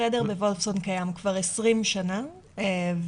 החדר בוולפסון קיים כבר 20 שנה והבעיות